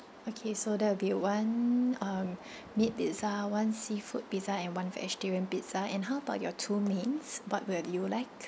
okay so there will be one um meat pizza one seafood pizza and one vegetarian pizza and how about your two mains what will you like